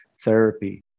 therapy